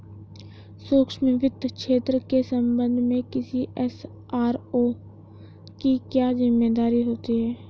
सूक्ष्म वित्त क्षेत्र के संबंध में किसी एस.आर.ओ की क्या जिम्मेदारी होती है?